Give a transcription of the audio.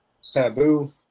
Sabu